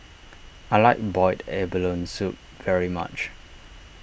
I like Boiled Abalone Soup very much